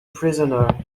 prisoner